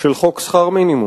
של חוק שכר מינימום,